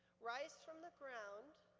rise from the ground,